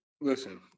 Listen